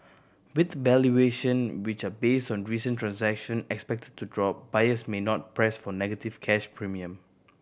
with valuation which are based on recent transaction expected to drop buyers may not press for negative cash premium